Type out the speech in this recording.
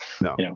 No